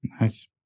Nice